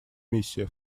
миссия